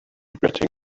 regretting